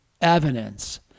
evidence